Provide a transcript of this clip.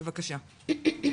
בבקשה.